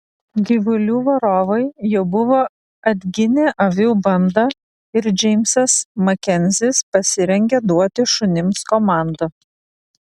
gyvulių varovai jau buvo atginę avių bandą ir džeimsas makenzis pasirengė duoti šunims komandą